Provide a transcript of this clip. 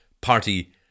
party